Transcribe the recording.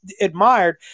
admired